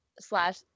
slash